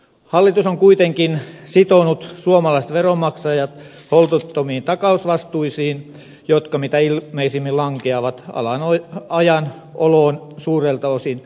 hallitus on kuitenkin sitonut suomalaiset veronmaksajat holtittomiin takausvastuisiin jotka mitä ilmeisimmin lankeavat ajan oloon suurelta osin maksettavaksemme